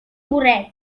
burret